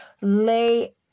lay